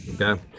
Okay